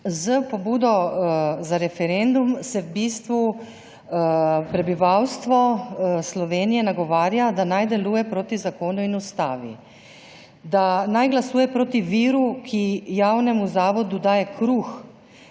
S pobudo za referendum se v bistvu prebivalstvo Slovenije nagovarja, da naj deluje proti zakonu in ustavi, da naj glasuje porti viru, ki javnemu zavodu daje kruh,